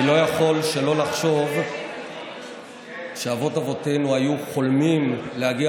אני לא יכול שלא לחשוב שאבות-אבותינו היו חולמים להגיע